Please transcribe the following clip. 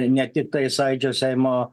ne tiktai sąjūdžio seimo